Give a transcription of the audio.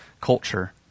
culture